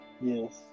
Yes